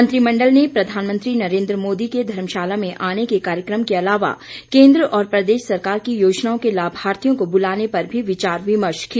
मंत्रिमंडल ने प्रधानमंत्री नरेंद्र मोदी के धर्मशाला में आने के कार्यक्रम के अलावा केंद्र और प्रदेश सरकार की योजनाओं के लाभार्थियों को बुलाने पर भी विचार विर्मश किया